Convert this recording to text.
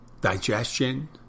digestion